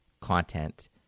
content